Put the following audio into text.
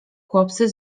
chłopcy